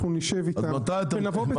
אנחנו נותנים אישורים של